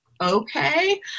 okay